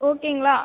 ஓகேங்களா